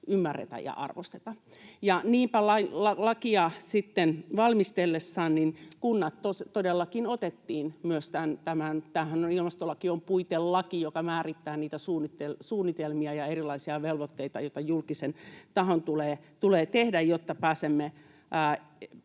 ymmärretä ja arvosteta. Niinpä sitten lakia valmisteltassa myös kunnat todellakin otettiin — tämä ilmastolakihan on puitelaki, joka määrittää niitä suunnitelmia ja erilaisia velvoitteita, joita julkisen tahon tulee tehdä, jotta pääsemme